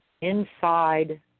inside